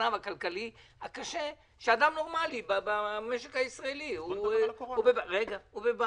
הכלכלי הקשה של אדם נורמלי במשק הישראלי שנמצא בבעיה.